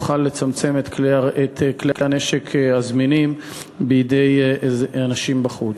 נוכל לצמצם את מספר כלי הנשק הזמינים בידי אנשים בחוץ.